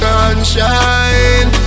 Sunshine